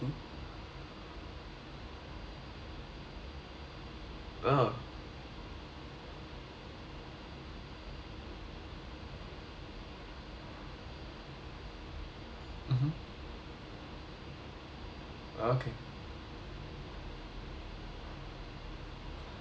oh mmhmm okay